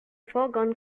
foregone